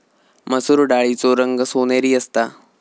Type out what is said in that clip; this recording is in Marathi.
मसुर डाळीचो रंग सोनेरी असता